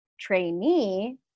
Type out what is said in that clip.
trainee